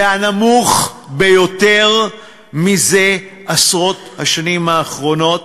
זה השיעור הנמוך ביותר בעשרות השנים האחרונות,